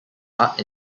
art